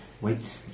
wait